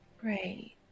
Great